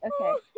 Okay